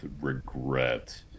regret